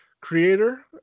creator